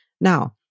Now